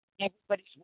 everybody's